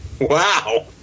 Wow